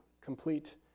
complete